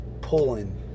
pulling